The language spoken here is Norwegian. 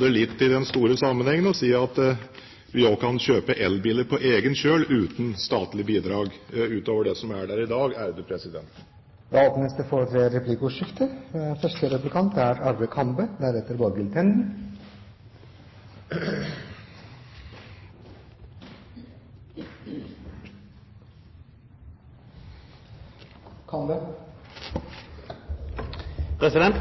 det litt i den store sammenhengen og si: Vi kan kjøpe elbiler på egen kjøl uten statlig bidrag utover det som er der i dag. Det blir replikkordskifte. Det er flere som har vært inne på, også finansministeren, hvorfor det går tregt, selv om man